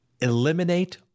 eliminate